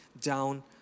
down